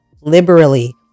liberally